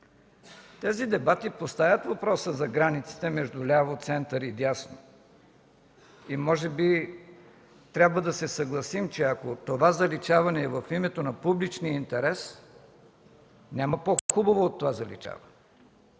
Тези дебати поставят въпроса за границите между ляво, център и дясно и може би трябва да се съгласим, че ако това заличаване е в името на публичния интерес, няма по-хубаво от това заличаване,